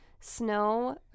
snow